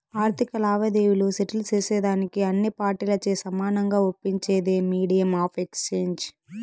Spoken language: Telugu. ఆర్థిక లావాదేవీలు సెటిల్ సేసేదానికి అన్ని పార్టీలచే సమానంగా ఒప్పించేదే మీడియం ఆఫ్ ఎక్స్చేంజ్